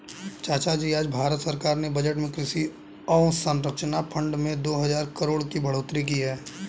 चाचाजी आज भारत सरकार ने बजट में कृषि अवसंरचना फंड में दो हजार करोड़ की बढ़ोतरी की है